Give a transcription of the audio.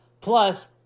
Plus